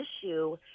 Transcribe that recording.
issue